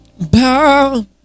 Bow